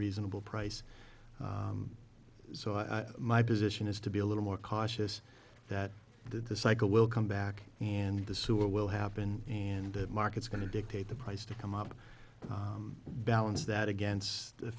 reasonable price so i my position is to be a little more cautious that the cycle will come back and the super will happen and that market's going to dictate the price to come out of balance that against a